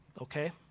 okay